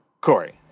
Corey